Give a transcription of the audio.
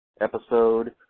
Episode